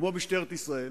כמו משטרת ישראל,